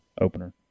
opener